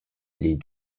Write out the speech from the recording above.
les